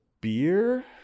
beer